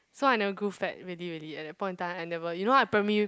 so I never grew fat really really at that point of time I never you know I primary